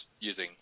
using